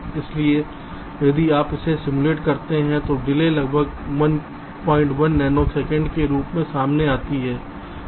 इसलिए यदि आप इसे सिम्युलेट करते हैं तो डिले लगभग 11 नैनोसेकंड के रूप में सामने आती है